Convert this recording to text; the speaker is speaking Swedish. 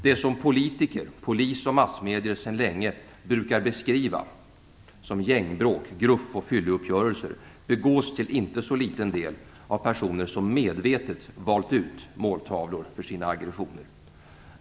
Det som politiker, polis och massmedier sedan länge brukar beskriva som gängbråk, gruff och fylleuppgörelser begås till inte så liten del av personer som medvetet valt ut måltavlor för sina aggressioner.